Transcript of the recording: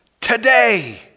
Today